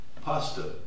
pasta